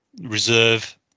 reserve